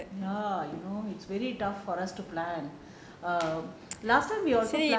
ya you know it's very tough for us to plan err last time you also plan